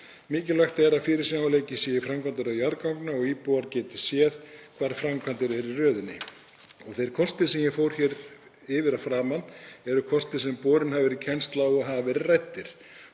Mikilvægt er að fyrirsjáanleiki sé við framkvæmdir jarðganga og íbúar geti séð hvar framkvæmdir eru í röðinni. Þeir kostir sem ég fór yfir hér að framan eru kostir sem borin hafa verið kennsl á og hafa verið ræddir.